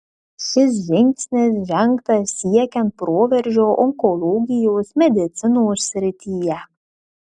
šis žingsnis žengtas siekiant proveržio onkologijos medicinos srityje